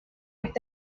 este